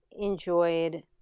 enjoyed